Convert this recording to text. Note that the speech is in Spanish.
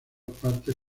partes